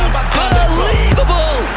unbelievable